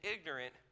ignorant